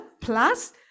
Plus